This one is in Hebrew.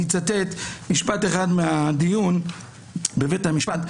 אני אצטט משפט אחד מהדיון בבית המשפט,